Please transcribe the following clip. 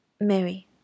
Mary